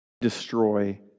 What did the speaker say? destroy